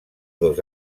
dos